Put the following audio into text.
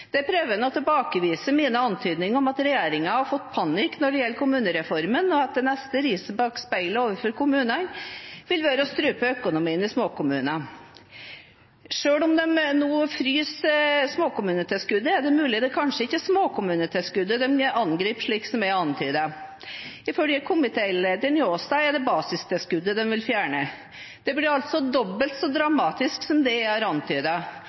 gjelder kommunereformen, og at det neste riset bak speilet overfor kommunene vil være å strupe økonomien i småkommuner. Selv om de nå fryser småkommunetilskuddet, er det mulig det ikke er småkommunetilskuddet de angriper, slik som jeg antydet. Ifølge komitéleder Njåstad er det basistilskuddet de vil fjerne. Det blir altså dobbelt så dramatisk som det jeg har antydet. Da synes jeg «Dommedag avlyst» er